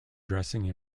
dressing